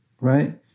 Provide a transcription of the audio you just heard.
Right